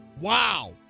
Wow